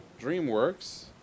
DreamWorks